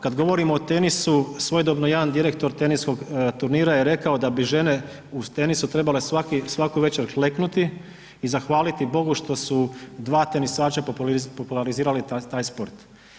Kad govorimo o tenisu svojedobno jedan direktor teniskog turnira je rekao da bi žene u tenisu trebale svaku večer kleknuti i zahvaliti Bogu što su dva tenisača popularizirali taj sport.